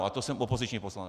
A to jsem opoziční poslanec.